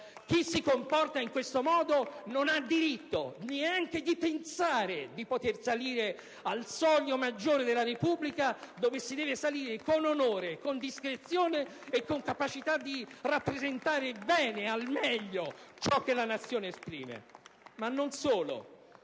Chi si comporta in questo modo non ha diritto neanche di pensare di poter salire al soglio maggiore della Repubblica, dove si deve salire con onore, discrezione e capacità di rappresentare bene e al meglio ciò che la Nazione esprime. *(Applausi